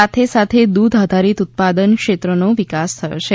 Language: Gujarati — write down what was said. સાથે સાથે દુધ આધારિત ઉત્પાદનો ક્ષેત્રોનો વિકાસ થયો છે